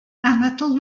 anadl